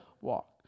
walk